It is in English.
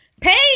pay